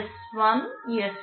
S1 S2